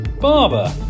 Barber